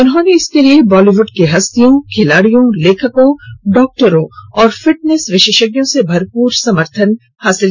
उन्हेंन इसके लिए बॉलीबूड की हस्तियों खिलाडियों लेखकों डॉक्टरों और फिटनेस विशेषज्ञों से भरपूर समर्थन मिला